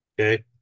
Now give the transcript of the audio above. Okay